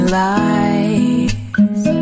lies